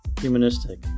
Humanistic